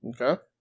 Okay